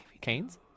Canes